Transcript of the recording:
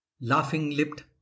laughing-lipped